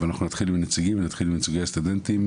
אבל אנחנו נתחיל עם נציגים ונתחיל עם נציגי הסטודנטים.